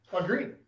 Agreed